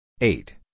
eight